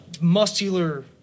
muscular